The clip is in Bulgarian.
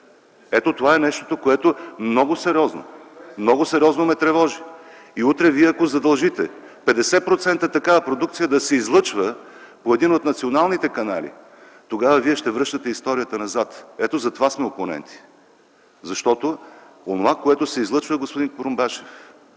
Ето това е нещото, което много сериозно, много сериозно ме тревожи. И утре, ако задължите 50% такава продукция да се излъчва по един от националните канали, тогава вие ще връщате историята назад. Ето затова сме опоненти. Защото онова, което се излъчва, господин Курумбашев,